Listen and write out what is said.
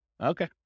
Okay